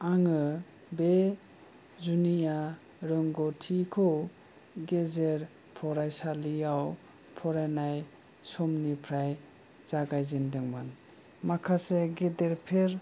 आङो बे जुनिया रोंगौथिखौ गेजेर फरायसालियाव फरायनाय समनिफ्राय जागायजेन्दोंमोन माखासे गेदेरफोर